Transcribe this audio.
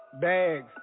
Bags